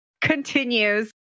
continues